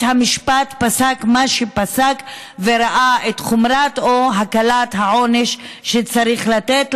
המשפט פסק מה שפסק וראה את חומרת או קולת העונש שצריך לתת,